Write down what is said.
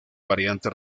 variante